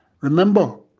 Remember